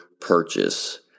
purchase